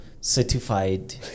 certified